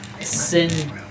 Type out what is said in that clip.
sin